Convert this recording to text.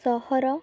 ସହର